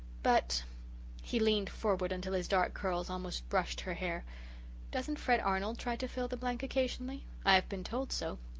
but he leaned forward until his dark curls almost brushed her hair doesn't fred arnold try to fill the blank occasionally. i've been told so.